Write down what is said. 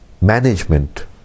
management